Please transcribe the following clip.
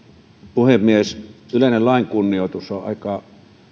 puhemies yleinen lain kunnioitus on aika